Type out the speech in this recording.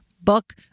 book